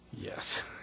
Yes